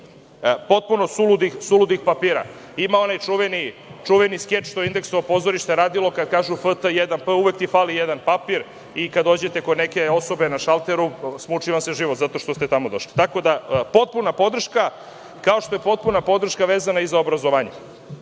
potpuno suludih papira. Ima onaj čuveni skeč koji je „Indeksovo pozorište“ radilo kad kažu „FT1P“, uvek ti fali jedan papir, i kad dođete kod neke osobe na šalteru smuči vam se život zato što ste tamo došli. Tako da, potpuna podrška, kao što je potpuna podrška vezana i za obrazovanje